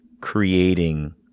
creating